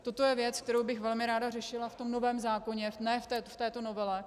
Toto je věc, kterou bych velmi ráda řešila v tom novém zákoně, ne v této novele.